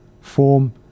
form